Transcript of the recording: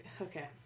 Okay